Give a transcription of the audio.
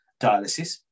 dialysis